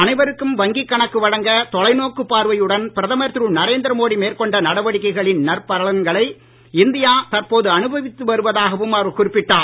அனைவருக்கும் வங்கி கணக்கு வழங்க தொலைநோக்கு பார்வையுடன் பிரதமர் திரு நரேந்திர மோடி மேற்கொண்ட நடவடிக்கைகளின் நற்பலன்களை இந்தியா தற்போது அனுபவித்து வருவதாகவும் அவர் குறிப்பிட்டார்